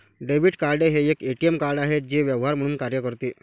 debit card हे एक ATM card आहे जे व्यवहार म्हणून कार्य करते